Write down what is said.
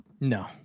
No